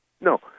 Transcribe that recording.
No